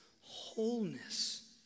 wholeness